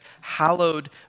hallowed